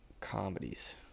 Comedies